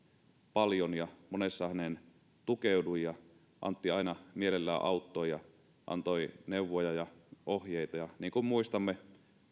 paljon ja monessa häneen tukeuduin ja antti aina mielellään auttoi ja antoi neuvoja ja ohjeita ja niin kuin muistamme